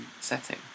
setting